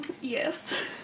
Yes